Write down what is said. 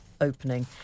opening